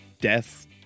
death